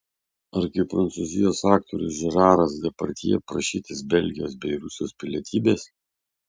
ar kaip prancūzijos aktorius žeraras depardjė prašytis belgijos bei rusijos pilietybės